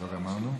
פה אחד.